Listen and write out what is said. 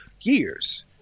years